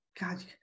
god